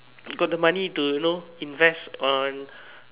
got the money to you know invest on